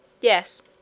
Yes